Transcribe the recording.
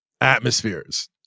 atmospheres